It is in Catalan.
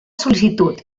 sol·licitud